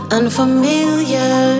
Unfamiliar